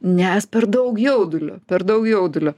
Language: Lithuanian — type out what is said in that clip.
nes per daug jaudulio per daug jaudulio